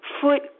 foot